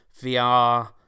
VR